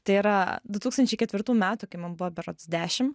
tai yra du tūkstančiai ketvirtų metų kai man buvo berods dešim